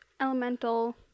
elemental